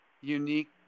unique